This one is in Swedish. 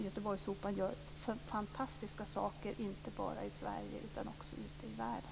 Göteborgsoperan gör fantastiska saker, inte bara i Sverige utan också ute i världen.